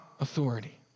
authority